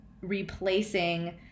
replacing